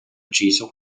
ucciso